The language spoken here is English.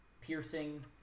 Piercing